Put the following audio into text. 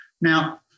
Now